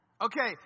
Okay